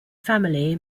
family